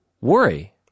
worry